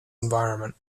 environment